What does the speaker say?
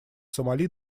сомали